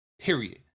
period